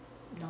no